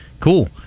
cool